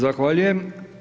Zahvaljujem.